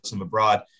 abroad